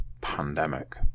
pandemic